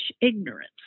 ignorance